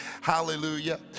Hallelujah